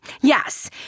Yes